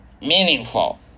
meaningful